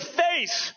face